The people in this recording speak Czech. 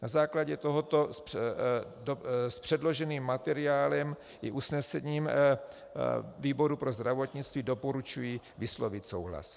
Na základě tohoto s předloženým materiálem i usnesením výboru pro zdravotnictví doporučuji vyslovit souhlas.